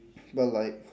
but like